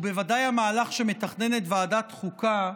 ובוודאי המהלך שמתכננת ועדת חוקה,